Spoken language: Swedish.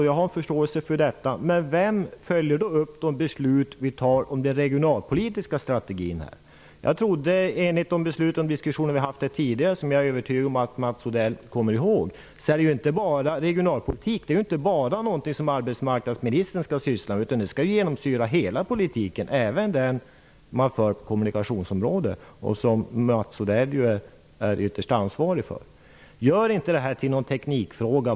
Jag har förståelse för det, men vem följer upp de beslut som vi fattar om den regionalpolitiska strategin? Enligt de beslut och de diskussioner som vi har haft här tidigare, och som jag är övertygad om att Mats Odell kommer ihåg, är regionalpolitiken inte bara någonting som arbetsmarknadsministern skall syssla med. Den skall genomsyra hela politiken, även den som man för på kommunikationsområdet och som Mats Odell ytterst är ansvarig för. Gör inte detta till bara en teknikfråga!